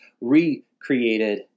recreated